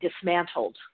dismantled